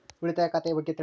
ಉಳಿತಾಯ ಖಾತೆ ಬಗ್ಗೆ ತಿಳಿಸಿ?